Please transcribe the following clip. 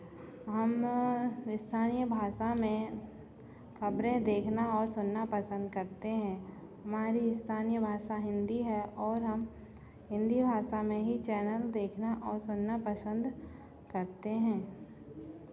हम स्थानीय भाषा में खबरें देखना और सुनना पसन्द करते हैं हमारी स्थानीय भाषा हिन्दी है और हम हिन्दी भाषा में ही चैनल देखना और सुनना पसन्द करते हैं